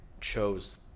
chose